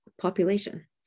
population